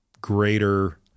greater